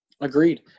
Agreed